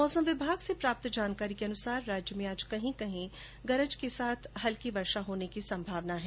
मौसम विभाग से प्राप्त जानकारी के अनुसार राज्य में आज कहीं कहीं गरज के साथ हल्की बरसात होने की संभावना है